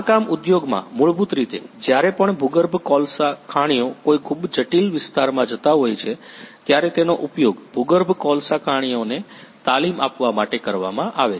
ખાણકામ ઉદ્યોગમાં મૂળભૂત રીતે જ્યારે પણ ભૂગર્ભ કોલસા ખાણિયો કોઈ ખૂબ જટિલ વિસ્તારમાં જતા હોય છે ત્યારે તેનો ઉપયોગ ભૂગર્ભ કોલસા ખાણિયોને તાલીમ આપવા માટે કરવામાં આવે છે